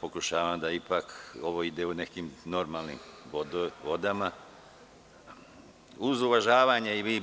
Pokušavam da ovo ide nekim normalnim vodama, uz uvažavanje